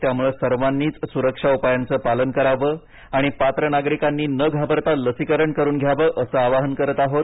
त्यामुळे सर्वांनीच सुरक्षा उपायांचं पालन करावं आणि पात्र नागरिकांनी न घाबरता लसीकरण करून घ्यावं असं आवाहन करत आहोत